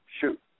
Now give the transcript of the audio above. shoot